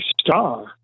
star